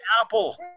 apple